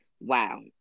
wow